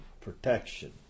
protection